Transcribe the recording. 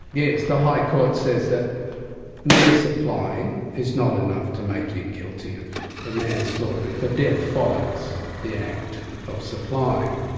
yes, the high court says that mere supplying is not enough to make you guilty of ah manslaughter if a death follows the act of supplying.